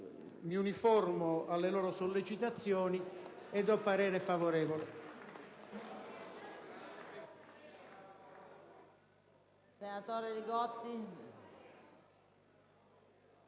mi uniformo alle loro sollecitazioni ed esprimo parere favorevole.